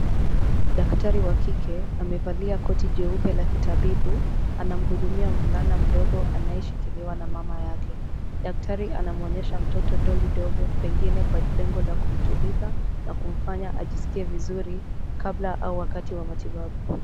Daktari wa kike amevalia koti jeupe la kitabibu anamhudumia mvulana mdogo anayeshikiliwa na mama yake. Daktari anamuonyesha mtoto doli ndogo pengine kwa lengo la kumtuliza na kumfanya ajisikie vizuri kabla au wakati wa matibabu.